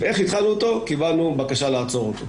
איך שהתחלנו אותו, קיבלנו בקשה לעצור אותו.